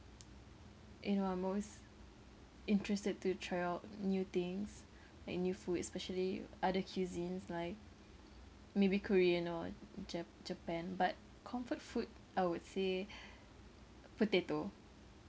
you know I'm always interested to try out new things like new food especially other cuisines like maybe korean or jap~ Japan but comfort food I would say potato